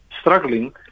struggling